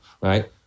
right